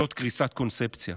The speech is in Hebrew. זה קריסת קונספציה.